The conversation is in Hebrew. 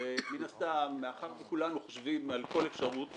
הרי מן הסתם מאחר שכולנו חושבים על כל אפשרות,